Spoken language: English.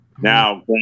Now